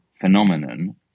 phenomenon